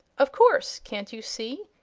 of course can't you see?